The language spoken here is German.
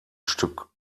stück